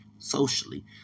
Socially